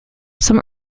some